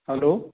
hello